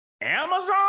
Amazon